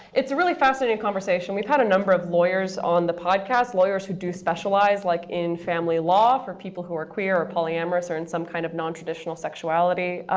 it's a really fascinating conversation. we've had a number of lawyers on the podcast, lawyers who do specialize like in family law for people who are queer, or polyamorous, or in some kind of nontraditional sexuality.